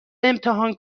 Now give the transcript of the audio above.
امتحان